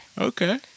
Okay